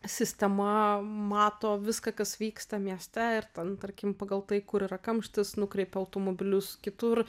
sistema mato viską kas vyksta mieste ir ten tarkim pagal tai kur yra kamštis nukreipia automobilius kitur